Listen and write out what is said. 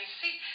see